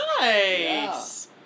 nice